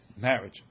marriage